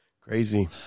Crazy